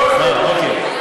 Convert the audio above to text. אה, אוקיי.